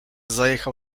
zajechał